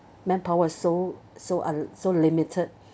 manpower so so un~ so limited